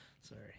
sorry